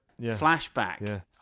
flashback